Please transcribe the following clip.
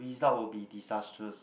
result will be disastrous